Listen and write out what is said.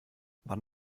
wann